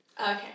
Okay